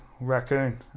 raccoon